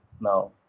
now